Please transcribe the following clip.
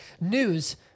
News